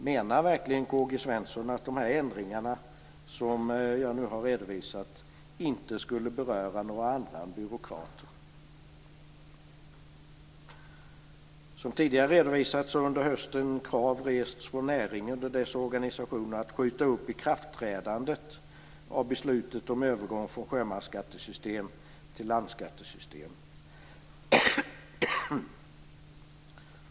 Menar verkligen K-G Svenson att dessa ändringar som jag nu har redovisat inte skulle beröra några andra än byråkrater? Som tidigare redovisats har under hösten krav rests från näringen och dess organisationer på att ikraftträdandet skulle uppskjutas när det gäller beslutet om övergång från sjömansskattesystem till landskattesystem.